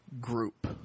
group